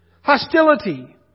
hostility